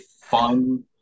fun